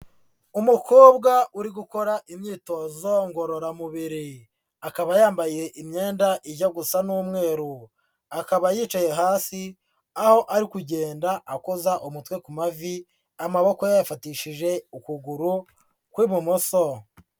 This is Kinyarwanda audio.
Umukobwa uri gukora imyitozo ngororamubiri, akaba yambaye imyenda ijya gusa n'umweru, akaba yicaye hasi aho ari kugenda akoza umutwe ku mavi, amaboko yayafatishije ukuguru ku ibumoso.